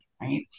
Right